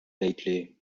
lately